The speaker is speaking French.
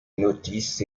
notices